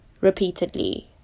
repeatedly